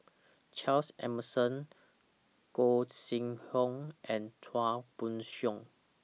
Charles Emmerson Gog Sing Hooi and Chua Koon Siong